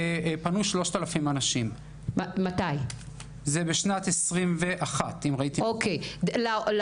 שלמעברים פנו 3,000 אנשים בשנת 2021. פנו